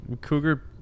Cougar